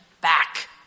back